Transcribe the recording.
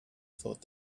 thought